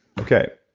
okay,